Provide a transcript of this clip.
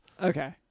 Okay